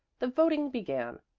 the voting began.